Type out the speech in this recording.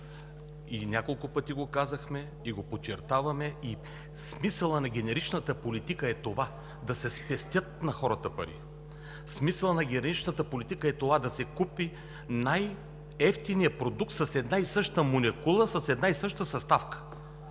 Няколко пъти го казахме и го подчертаваме – смисълът на генеричната политика е това да се спестят на хората пари. Смисълът на генеричната политика е това да се купи най-евтиният продукт с една и съща молекула, с една и съща съставка.